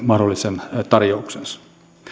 mahdollisen tarjouksensa